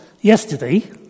yesterday